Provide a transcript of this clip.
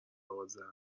آذر